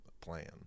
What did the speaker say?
plan